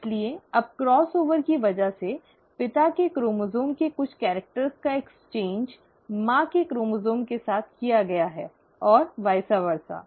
इसलिए अब crossover की वजह से पिता के क्रोमोसोम के कुछ कैरिक्टर का आदान प्रदान माँ के क्रोमोसोम के साथ किया गया है और व़ाइसअ ˈव़असअ